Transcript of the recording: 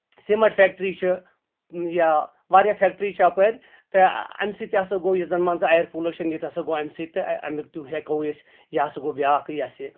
cement factory چھِ یا واریاہ فیٚکٹری چھِ اَپٲرۍ تہٕ اَمہِ سۭتۍ ہسا گوٚو یُس زَن مان ژٕ اَیر پُلوشن یہِ تہِ ہسا گوٚو اَمہِ سۭتۍ تہٕ اَمیُک تہِ ہیٚکو أسۍ یہِ سا گوٚو بیاکھ یہِ ہسا یہِ